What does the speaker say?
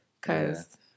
Cause